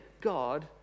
God